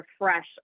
refresh